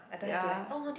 ya